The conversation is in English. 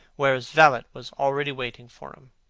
where his valet was already waiting for him.